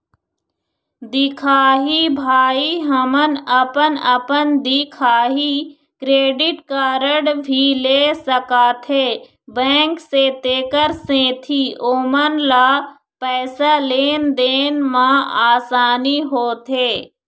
दिखाही भाई हमन अपन अपन दिखाही क्रेडिट कारड भी ले सकाथे बैंक से तेकर सेंथी ओमन ला पैसा लेन देन मा आसानी होथे?